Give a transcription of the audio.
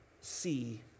see